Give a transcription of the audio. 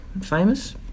famous